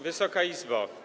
Wysoka Izbo!